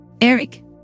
Eric